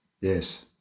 Yes